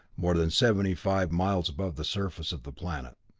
more than seventy-five miles above the surface of the planet.